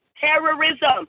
Terrorism